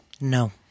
No